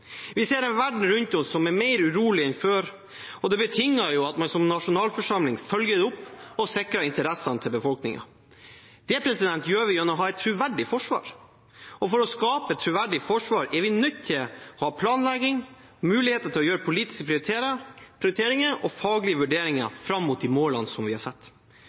Vi ser en verden rundt oss som er mer urolig enn før, og det betinger at man som nasjonalforsamling følger det opp og sikrer interessene til befolkningen. Det gjør vi gjennom å ha et troverdig forsvar, og for å skape et troverdig forsvar er vi nødt til å ha planlegging og muligheter til å gjøre politiske prioriteringer og faglige vurderinger fram mot de målene vi har